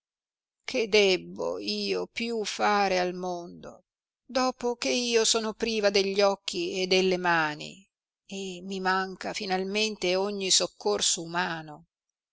che debbo io più fare al mondo dopo che io sono priva degli occhi e delle mani e mi manca finalmente ogni soccorso umano